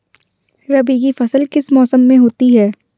रबी की फसल किस मौसम में होती है?